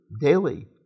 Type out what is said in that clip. daily